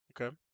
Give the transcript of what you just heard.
Okay